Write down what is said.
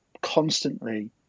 constantly